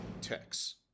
Tex